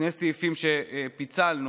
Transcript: שני הסעיפים שפיצלנו,